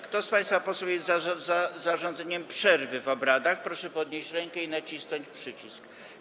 Kto z państwa posłów jest za zarządzeniem przerwy w obradach, proszę podnieść rękę i nacisnąć przycisk.